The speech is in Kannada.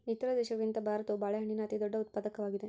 ಇತರ ದೇಶಗಳಿಗಿಂತ ಭಾರತವು ಬಾಳೆಹಣ್ಣಿನ ಅತಿದೊಡ್ಡ ಉತ್ಪಾದಕವಾಗಿದೆ